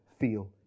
feel